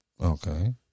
Okay